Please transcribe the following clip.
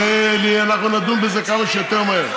ואנחנו נדון בזה כמה שיותר מהר.